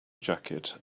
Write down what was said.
jacket